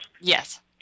Yes